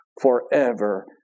forever